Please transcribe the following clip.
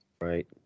Right